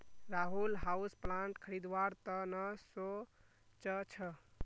Rahul houseplant खरीदवार त न सो च छ